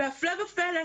והפלא ופלא,